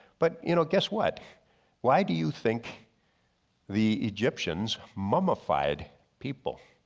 but you know guess what why do you think the egyptians mummified people.